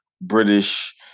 british